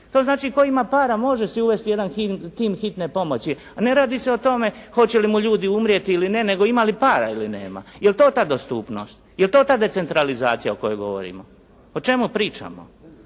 To znači tko ima para može se uvesti jedan tim hitne pomoći, a ne radi se o tome hoće li mu ljudi umrijeti ili ne, nego imali para ili nema. Jeli to ta dostupnost? Jeli to ta decentralizacija o kojoj govorimo? O čemu pričamo?